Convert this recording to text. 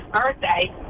birthday